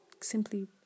simply